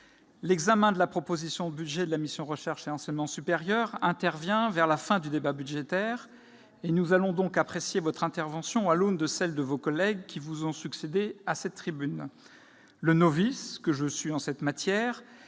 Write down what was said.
l'examen de la proposition de budget de la mission « Recherche et enseignement supérieur » intervient vers la fin du débat budgétaire. Nous allons donc apprécier votre intervention à l'aune de celles de vos collègues qui vous ont précédée à cette tribune. Le novice que je suis en cette matière